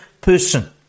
person